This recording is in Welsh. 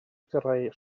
greu